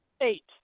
eight